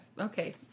okay